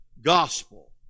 gospel